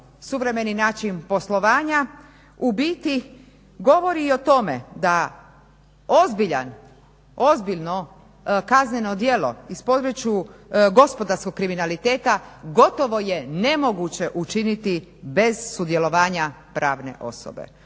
suvremeni način poslovanja ubiti govori i o tome da ozbiljno kazneno djelo iz područja gospodarskog kriminaliteta gotovo je nemoguće učiniti bez sudjelovanja pravne osobe.